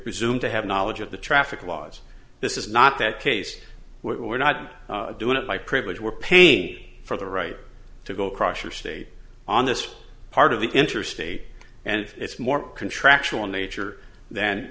presumed to have knowledge of the traffic laws this is not that case we're not doing it by privilege we're pain for the right to go across your state on this part of the interstate and if it's more contractual in nature th